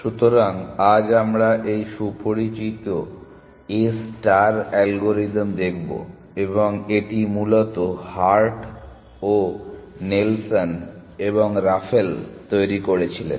সুতরাং আজ আমরা এই সুপরিচিত A অ্যালগরিদম দেখবো এবং এটি মূলত হার্ট নেলসন এবং Raphael Hart Nelson and Raphael তৈরী করেছিলেন